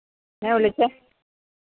എന്നാ വിളിച്ചേ